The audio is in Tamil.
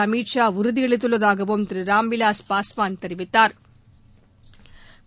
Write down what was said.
அமித் ஷா உறுதியளித்துள்ளதாக திரு ராம்விலாஸ் பஸ்வான் தெரிவித்தாா்